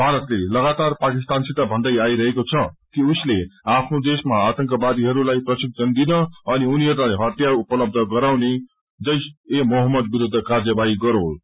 भारतले लगातार पाकिस्तानसित भन्दै आइरहेको छ कि उसले आफ्नो देशम आतंकवादीहरूलाई प्रशिक्षण दिन अनि उनीहरूलाई हतियार उपलबध गराउनको निम्ति जैश ए मोहम्मद विरूद्ध कार्यवाही गरोस